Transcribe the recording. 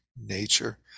nature